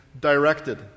directed